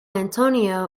antonio